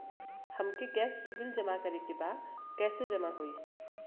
हमके गैस के बिल जमा करे के बा कैसे जमा होई?